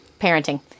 Parenting